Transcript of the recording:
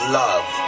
love